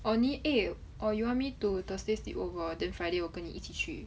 or 你 eh or you want me to thursdays sleepover then friday 我跟你一起去